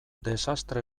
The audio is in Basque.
desastre